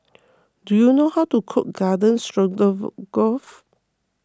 do you know how to cook Garden Stroganoff